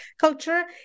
culture